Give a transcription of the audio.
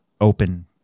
open